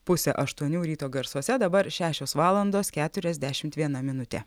pusę aštuonių ryto garsuose dabar šešios valandos keturiasdešimt viena minutė